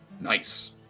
nice